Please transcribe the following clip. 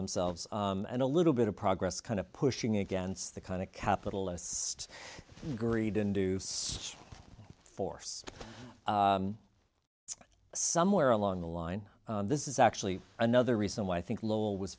themselves and a little bit of progress kind of pushing against the kind of capital assist greed induced force somewhere along the line this is actually another reason why i think lowell was